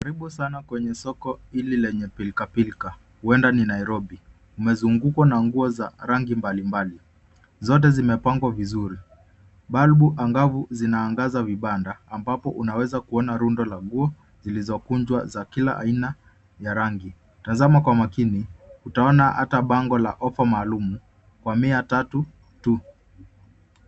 Karibu sana kwenye soko hili la pilkapilka, huenda ni Nairobi, limezungukwa na nguo za rangi mbalimbali. Zote zimepangwa vizuri. Balbu angavu zinaangaza vibanda ambapo unaweza kuona rundo la nguo zilizokunjwa za kila aina ya rangi. Tazama kwa makini utaona ata bango la ofa maalumu kwa mia tatu tu.